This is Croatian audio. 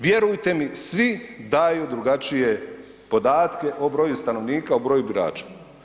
Vjerujte mi svi daju drugačije podatke o broju stanovnika, o broju birača.